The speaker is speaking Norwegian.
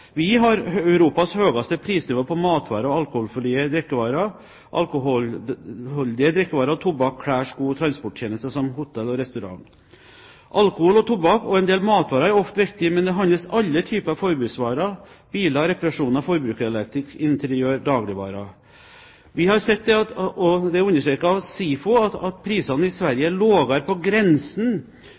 Vi har Europas høyeste prisnivå på matvarer og alkoholfrie drikkevarer, alkoholholdige drikkevarer, tobakk, klær, sko og transporttjenester samt hotell- og restauranttjenester. Alkohol, tobakk og en del matvarer er ofte viktige, men det handles alle typer forbruksvarer: biler, reparasjon av forbrukerelektronikk, interiør, dagligvarer. Vi har sett – og det er understreket av SIFO – at prisene i Sverige er lavere på grensen